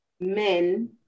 men